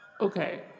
Okay